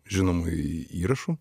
žinomų įrašų